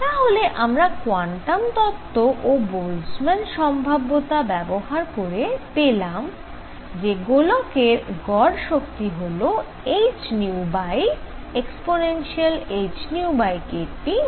তাহলে আমরা কোয়ান্টাম তত্ত্ব ও বোলজম্যানের সম্ভাব্যতা ব্যবহার করে পেলাম যে দোলকের গড় শক্তি হল hν ehνkT 1